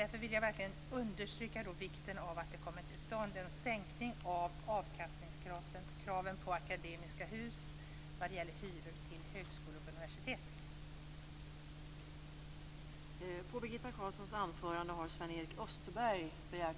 Därför vill jag verkligen understryka vikten av att det kommer till stånd en sänkning av avkastningskraven på Akademiska Hus vad gäller hyror för högskolor och universitet.